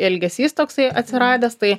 elgesys toksai atsiradęs tai